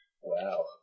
Wow